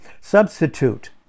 substitute